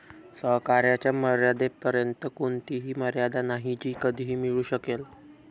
सहकार्याच्या मर्यादेपर्यंत कोणतीही मर्यादा नाही जी कधीही मिळू शकेल